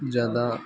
ज़्यादा